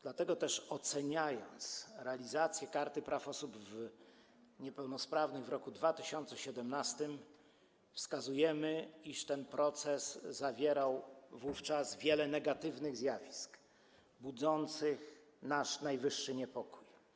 Dlatego też, oceniając realizację Karty Praw Osób Niepełnosprawnych w roku 2017, wskazujemy, iż ten proces cechowało wówczas wiele negatywnych zjawisk budzących nasz najwyższy niepokój.